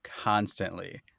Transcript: constantly